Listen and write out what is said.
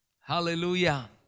Hallelujah